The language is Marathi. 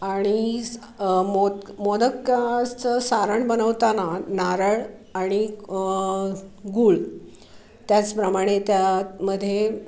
आणि स मोद मोदकाचं सारण बनवताना नारळ आणि गूळ त्याचप्रमाणे त्यामध्ये